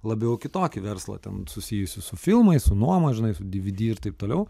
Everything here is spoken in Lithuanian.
labiau kitokį verslą ten susijusį su filmais su nuoma žinai su dy vy dy ir taip toliau